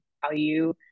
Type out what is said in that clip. value